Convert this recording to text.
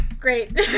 great